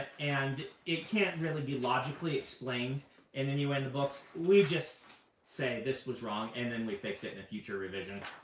and it can't really be logically explained in any way in the books, we just say, this was wrong, and then we fix it in a future revision.